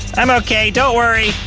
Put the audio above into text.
i'm okay, don't worry!